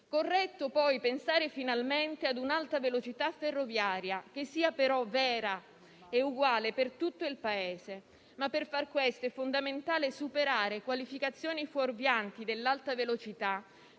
corretto poi pensare finalmente ad un'alta velocità ferroviaria, che sia però vera e uguale per tutto il Paese; per far questo però è fondamentale superare qualificazioni fuorvianti dell'Alta velocità,